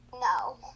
No